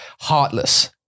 heartless